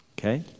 okay